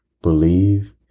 Believe